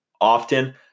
often